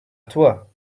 toi